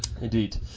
Indeed